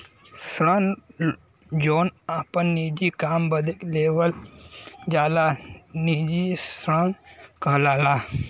ऋण जौन आपन निजी काम बदे लेवल जाला निजी ऋण कहलाला